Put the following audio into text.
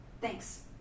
Thanks